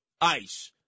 ICE